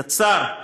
יצרו